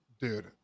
Dude